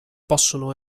possono